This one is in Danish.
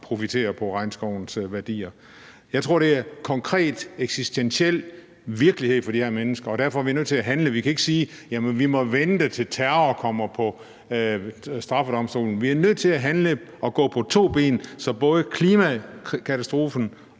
profitere på regnskovens værdier. Jeg tror, at det er konkret eksistentiel virkelighed for de her mennesker, og derfor er vi nødt til at handle. Vi kan ikke sige, at vi må vente, til terror kommer på ved straffedomstolen. Vi er nødt til at handle og gå på to ben, så både klimakatastrofen